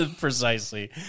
Precisely